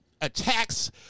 attacks